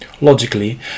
Logically